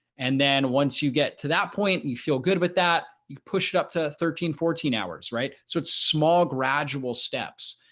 and then once you get to that point, you feel good about that you push it up to thirteen fourteen hours, right? so it's small gradual steps.